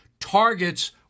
targets